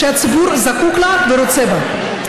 שהציבור זקוק לה ורוצה בה.